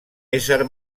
ésser